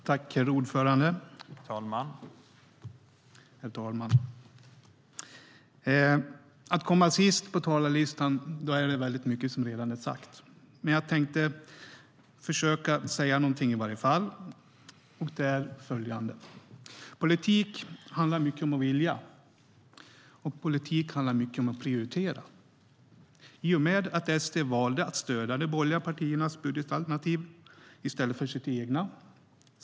Herr talman! När man kommer sist på talarlistan är det mycket som redan är sagt. Men jag tänkte försöka säga någonting i alla fall, nämligen följande:Politik handlar mycket om att vilja, och politik handlar mycket om att prioritera. SD valde att stödja de borgerliga partiernas budgetalternativ i stället för sitt eget.